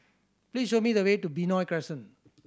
please show me the way to Benoi Crescent